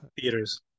theaters